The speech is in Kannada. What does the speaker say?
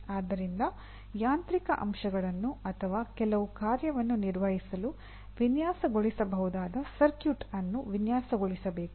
ಆದ್ದರಿಂದ ಯಾಂತ್ರಿಕ ಅಂಶಗಳನ್ನು ಅಥವಾ ಕೆಲವು ಕಾರ್ಯವನ್ನು ನಿರ್ವಹಿಸಲು ವಿನ್ಯಾಸಗೊಳಿಸಬಹುದಾದ ಸರ್ಕ್ಯೂಟ್ ಅನ್ನು ವಿನ್ಯಾಸಗೊಳಿಸಬೇಕು